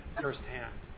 firsthand